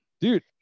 Dude